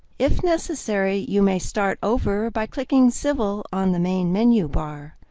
if necessary, you may start over by clicking civil on the main menu bar.